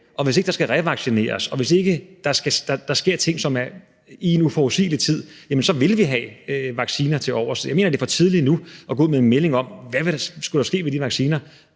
og hvis der ikke skal revaccineres, og hvis ikke der sker ting i en uforudsigelig tid, så vil have vacciner tilovers. Jeg mener, det er for tidligt nu at gå ud med en melding om, hvad der vil skulle ske med de vacciner,